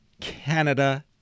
Canada